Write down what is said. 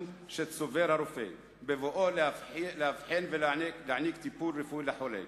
שצבר הרופא בבואו לאבחן ולהעניק טיפול רפואי לחולה.